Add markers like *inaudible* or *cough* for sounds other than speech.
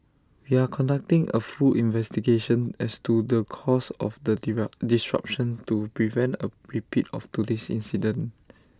we are conducting A full investigation as to the cause of the *unintelligible* disruption to prevent A repeat of today's incident